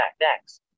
Next